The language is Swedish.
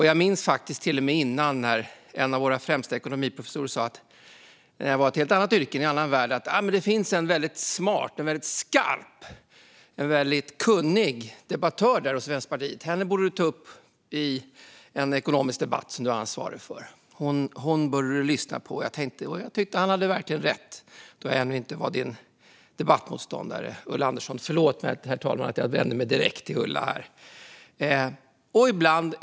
Jag minns från tidigare, när jag hade ett helt annat yrke och var i en annan värld, att en av våra främsta ekonomiprofessorer sa: Det finns en väldigt smart, skarp och kunnig debattör hos Vänsterpartiet. Henne borde du möta i en ekonomisk debatt som du är ansvarig för. Henne borde du lyssna på! Jag tyckte redan då, Ulla Andersson, när jag ännu inte var din debattmotståndare, att han hade rätt. Förlåt, herr talman, att jag vänder mig direkt till Ulla här!